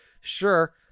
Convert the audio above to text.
Sure